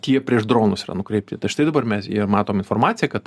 tie prieš dronus yra nukreipti tai štai dabar mes jie matom informaciją kad t